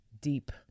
deep